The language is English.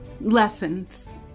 lessons